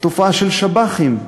תופעה של שב"חים,